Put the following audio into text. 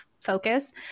Focus